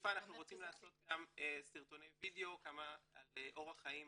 ובשאיפה אנחנו רוצים לעשות גם סרטוני וידאו על אורח חיים